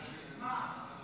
את מה?